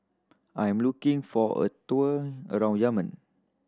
I am looking for a tour around Yemen